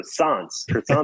croissants